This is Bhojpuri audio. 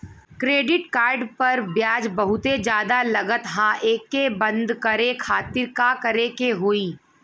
क्रेडिट कार्ड पर ब्याज बहुते ज्यादा लगत ह एके बंद करे खातिर का करे के होई?